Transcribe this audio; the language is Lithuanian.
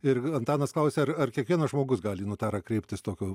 ir antanas klausia ar ar kiekvienas žmogus gali į notarą kreiptis tokiu